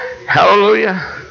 Hallelujah